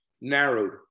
narrowed